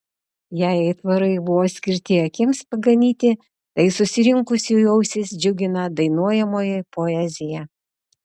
jei aitvarai buvo skirti akims paganyti tai susirinkusiųjų ausis džiugina dainuojamoji poezija